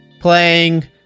playing